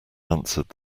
answered